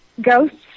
ghosts